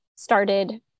started